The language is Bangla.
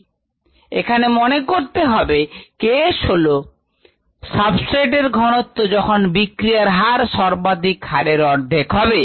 S≫KS এখানে মনে করতে হবে K s হল সাবস্ট্রেট এর ঘনত্ব যখন বিক্রিয়ার হার সর্বাধিক হারের অর্ধেক হবে